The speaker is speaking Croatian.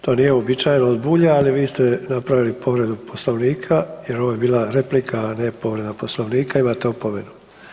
To nije uobičajeno od Bulja, ali vi ste napravili povredu Poslovnika jer ovo je bila replika, a ne povreda Poslovnika, imate opomenu.